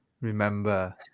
Remember